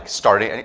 starting? and